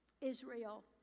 Israel